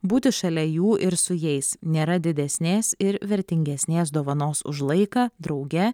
būti šalia jų ir su jais nėra didesnės ir vertingesnės dovanos už laiką drauge